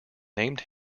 named